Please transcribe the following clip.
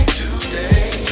today